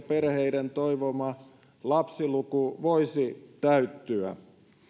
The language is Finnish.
perheiden toivoma lapsiluku voisi täyttyä